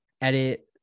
edit